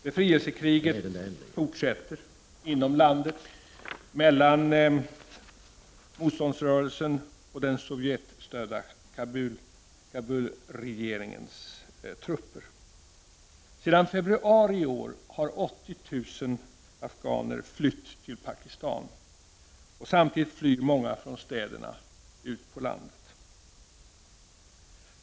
Befrielsekriget fortsätter inom landet, mellan motståndsrörelsen och den sovjetstödda Kabulregeringens trupper. Sedan februari i år har 80 000 afghaner flytt till Pakistan. Samtidigt flyr många från städerna och ut på landet.